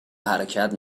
حرکت